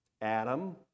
Adam